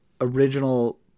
original